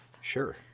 sure